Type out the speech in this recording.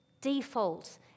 default